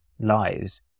Lies